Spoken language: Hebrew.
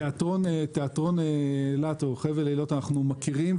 את תיאטרון אילת וחבל אילות אנחנו מכירים,